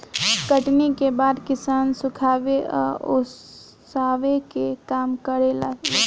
कटनी के बाद किसान सुखावे आ ओसावे के काम करेला लोग